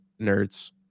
nerds